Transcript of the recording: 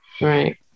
Right